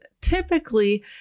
Typically